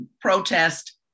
protest